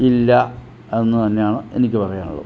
ഇല്ല എന്നു തന്നെയാണ് എനിക്ക് പറയാനുള്ളത്